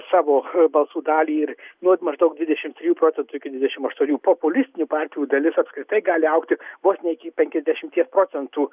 savo balsų dalį ir duot maždaug dvidešim procentų iki dvidešim aštuonių populistinių partijų dalis apskritai gali augti vos ne iki penkiasdešimties procentų